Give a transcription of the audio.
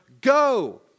go